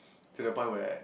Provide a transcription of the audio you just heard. till the point where